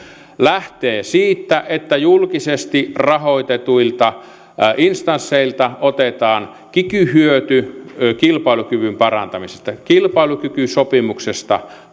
lähtee siitä että julkisesti rahoitetuilta instansseilta otetaan kiky hyöty kilpailukyvyn parantamisesta kilpailukykysopimuksesta